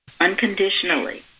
unconditionally